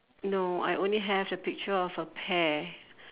no I only have the picture of a pear